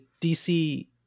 DC